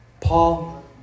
Paul